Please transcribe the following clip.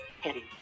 Heavy